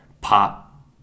pop